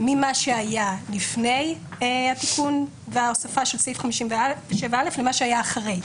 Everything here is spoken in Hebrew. בין מה שהיה לפני התיקון וההוספה של סעיף 57א לבין מה שהיה אחרי.